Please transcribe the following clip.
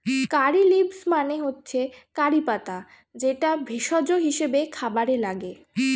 কারী leaves মানে হচ্ছে কারি পাতা যেটা ভেষজ হিসেবে খাবারে লাগে